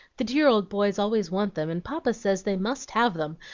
the dear old boys always want them, and papa says they must have them,